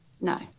No